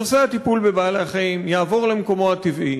שנושא הטיפול בבעלי-החיים יעבור למקומו הטבעי,